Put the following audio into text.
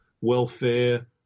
welfare